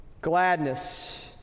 gladness